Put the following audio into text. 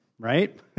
right